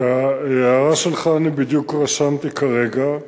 את ההערה שלך אני בדיוק רשמתי כרגע,